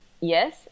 yes